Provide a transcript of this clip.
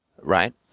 right